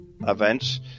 events